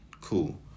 Cool